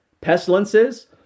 pestilences